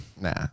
Nah